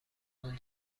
اون